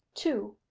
two.